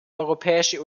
europäische